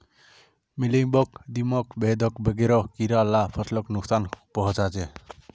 mealybug, दीमक, बेधक वगैरह कीड़ा ला फस्लोक नुक्सान पहुंचाः